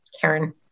Karen